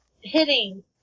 hitting